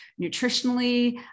nutritionally